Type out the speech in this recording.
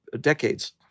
decades